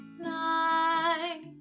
night